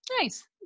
Nice